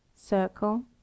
circle